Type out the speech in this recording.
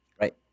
right